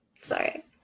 Sorry